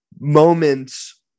moments